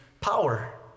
power